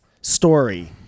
story